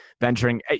venturing